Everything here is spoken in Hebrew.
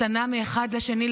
אתה נע מהאחד לשני,